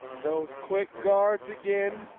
those quick guards again,